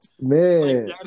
Man